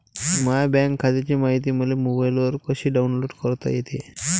माह्या बँक खात्याची मायती मले मोबाईलवर कसी डाऊनलोड करता येते?